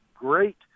great